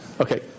Okay